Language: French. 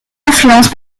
influence